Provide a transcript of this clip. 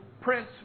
prince